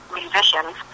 musicians